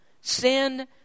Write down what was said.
Sin